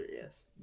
yes